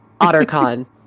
Ottercon